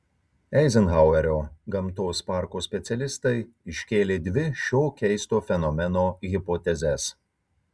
eizenhauerio gamtos parko specialistai iškėlė dvi šio keisto fenomeno hipotezes